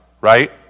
right